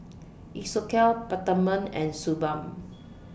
Isocal Peptamen and Suu Balm